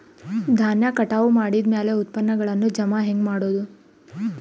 ಧಾನ್ಯ ಕಟಾವು ಮಾಡಿದ ಮ್ಯಾಲೆ ಉತ್ಪನ್ನಗಳನ್ನು ಜಮಾ ಹೆಂಗ ಮಾಡೋದು?